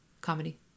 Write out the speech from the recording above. Comedy